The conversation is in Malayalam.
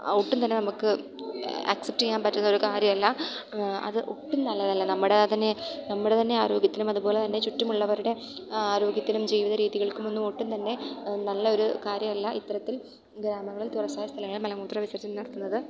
ഒട്ടും തന്നെ നമുക്ക് ആക്സെപ്റ്റ് ചെയ്യാൻ പറ്റുന്ന ഒരു കാര്യമല്ല അത് ഒട്ടും നല്ലതല്ല നമ്മുടെ തന്നെ നമ്മുടെ തന്നെ ആരോഗ്യത്തിനും അതുപോലെ തന്നെ ചുറ്റുമുള്ളവരുടെ ആരോഗ്യത്തിനും ജീവിത രീതികൾക്കും ഒന്നും ഒട്ടും തന്നെ നല്ലൊരു കാര്യമല്ല ഇത്തരത്തിൽ ഗ്രാമങ്ങളിൽ തുറസായ സ്ഥലങ്ങളിൽ മലമൂത്ര വിസർജനം നടത്തുന്നത്